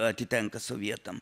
atitenka sovietam